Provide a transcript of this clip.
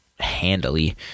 handily